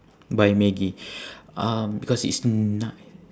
by maggi um because it's nice